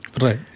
Right